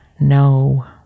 no